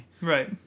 Right